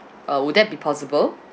uh would that be possible